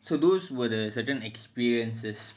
so those were the certain experiences